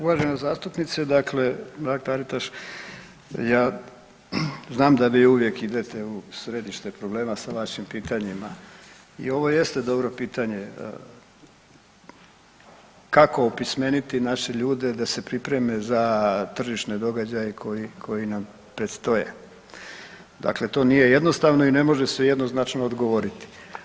Uvažena zastupnice dakle Mrak Taritaš, ja znam da vi uvijek idete u središte problema sa vašim pitanjima i ovo jeste dobro pitanje kako opismeniti naše ljude da se pripreme za tržišne događaje koji nam predstoje, dakle to nije jednostavno i ne može se jednoznačno odgovoriti.